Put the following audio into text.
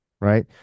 Right